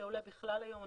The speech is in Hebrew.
זה עולה בכלל היום.